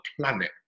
planet